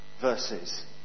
verses